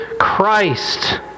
Christ